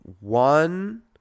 One